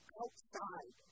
outside